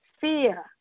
fear